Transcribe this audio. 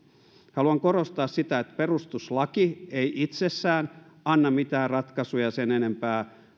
haluan korostaa sitä että perustuslaki ei itsessään anna mitään ratkaisuja sen enempää